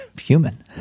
human